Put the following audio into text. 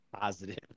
positive